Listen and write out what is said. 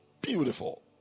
Beautiful